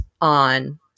on